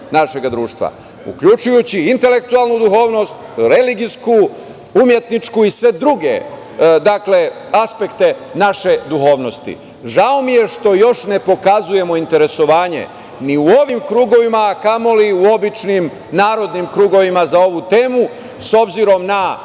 našeg društva, uključujući intelektualnu duhovnost, religijsku, umetničku i sve druge aspekte naše duhovnosti. Žao mi je što još ne pokazujemo interesovanje ni u ovim krugovima, a kamo li u običnim narodnim krugovima za ovu temu, s obzirom na